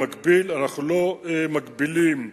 במקביל, אנחנו לא מגבילים דרוזים,